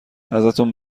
ازتون